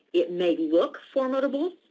it may be look formidable,